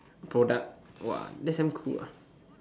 product !wah! that's damn cool ah